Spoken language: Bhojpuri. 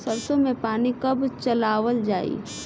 सरसो में पानी कब चलावल जाई?